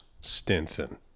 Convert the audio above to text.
Stinson